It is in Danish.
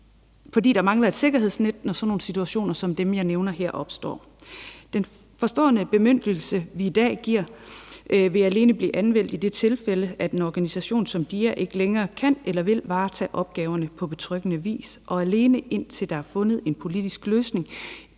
fordi der mangler et sikkerhedsnet, når situationer som dem, jeg nævner her, opstår. Den bemyndigelse, vi i dag giver, vil alene blive anvendt i det tilfælde, at en organisation som DIA ikke længere kan eller vil varetage opgaverne på betryggende vis, og alene indtil der er fundet en politisk løsning